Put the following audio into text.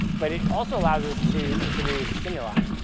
but it also allows us to introduce stimuli.